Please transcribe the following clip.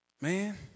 man